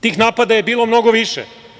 Tih napada je bilo mnogo više.